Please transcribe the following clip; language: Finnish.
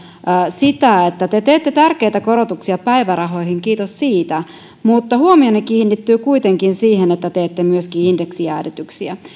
siitä kun te teette tärkeitä korotuksia päivärahoihin kiitos siitä mutta huomioni kiinnittyy kuitenkin siihen että teette myöskin indeksijäädytyksiä